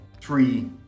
three